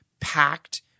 packed